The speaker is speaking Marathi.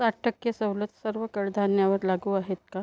साठ टक्के सवलत सर्व कडधान्यावर लागू आहेत का